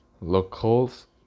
locals